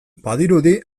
badirudi